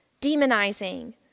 demonizing